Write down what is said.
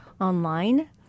online